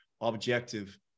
objective